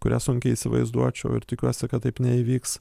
kurią sunkiai įsivaizduočiau ir tikiuosi kad taip neįvyks